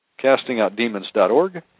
castingoutdemons.org